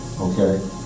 okay